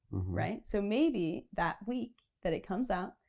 right? so maybe that week that it comes out,